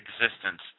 existence